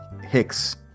Hicks